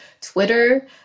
Twitter